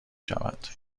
شود